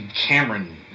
Cameron